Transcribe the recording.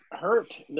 hurt